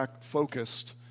focused